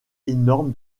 énorme